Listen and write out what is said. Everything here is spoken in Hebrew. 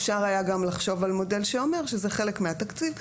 אפשר היה גם לחשוב על מודל שאומר שזה חלק מהתקציב.